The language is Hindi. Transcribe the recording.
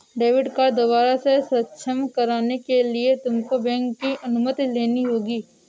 डेबिट कार्ड दोबारा से सक्षम कराने के लिए तुमको बैंक की अनुमति लेनी होगी